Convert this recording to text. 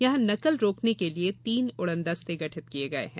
यहां नेकल रोकने के लिए तीन उड़नदस्ते गठित किये गये हैं